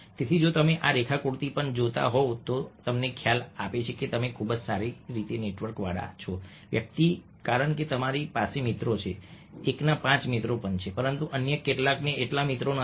તેથી જો તમે આ રેખાકૃતિ પણ જોતા હોવ તો આ અમને ખ્યાલ આપે છે કે તમે ખૂબ જ સારી રીતે નેટવર્કવાળા છો વ્યક્તિ કારણ કે તમારી પાસે મિત્રો છે એકના પાંચ મિત્રો પણ છે પરંતુ અન્ય કેટલાકને એટલા મિત્રો નથી